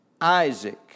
Isaac